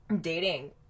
dating